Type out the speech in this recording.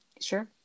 Sure